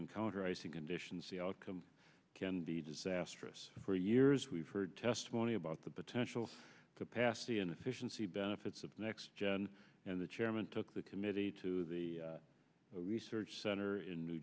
encounter icing conditions the outcome can be disastrous for years we've heard testimony about the potential capacity and efficiency benefits of next gen and the chairman took the committee to the research center in new